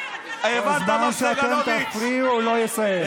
כל זמן שאתם תפריעו, הוא לא יסיים.